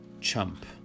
Chump